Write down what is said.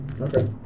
Okay